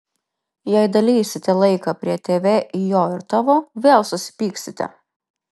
jei dalysite laiką prie tv į jo ir tavo vėl susipyksite